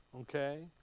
Okay